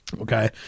Okay